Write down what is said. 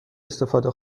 استفاده